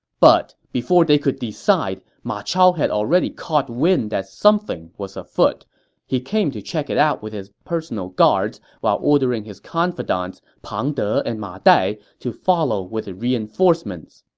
but before they could decide, ma chao had already caught wind that something was afoot, so he came to check it out with his personal guards while ordering his confidants pang de and ma dai to follow with reinforcements